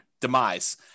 demise